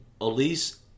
Elise